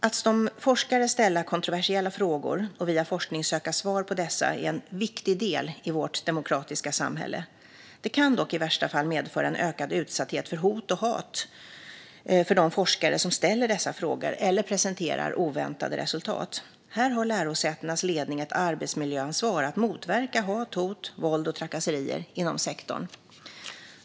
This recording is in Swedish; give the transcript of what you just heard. Att som forskare ställa kontroversiella frågor och via forskning söka svar på dessa är en viktig del i vårt demokratiska samhälle. Det kan dock i värsta fall medföra en ökad utsatthet för hat och hot för de forskare som ställer dessa frågor eller presenterar oväntade resultat. Här har lärosätenas ledning ett arbetsmiljöansvar att motverka hat, hot, våld och trakasserier inom sektorn.